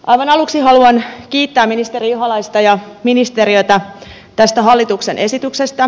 aivan aluksi haluan kiittää ministeri ihalaista ja ministeriötä tästä hallituksen esityksestä